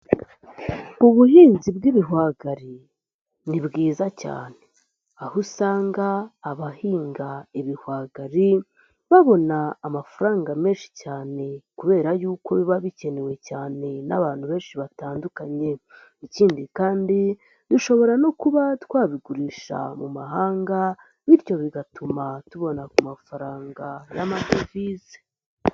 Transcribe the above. Ubuhinzi bw'ibihwagari ni bwiza cyane. Aho usanga abahinga ibihwagari babona amafaranga menshi cyane kubera yuko biba bikenewe cyane n'abantu benshi batandukanye. Ikindi kandi dushobora no kuba twabigurisha mu mahanga, bityo bigatuma tubona ku mafaranga y'amadovize.